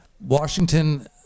Washington